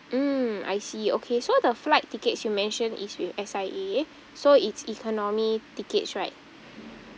mm I see okay so the flight tickets you mentioned is with S_I_A so it's economy tickets right